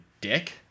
dick